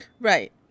Right